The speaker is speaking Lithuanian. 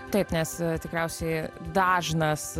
taip nes tikriausiai dažnas